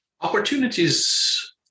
Opportunities